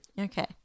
Okay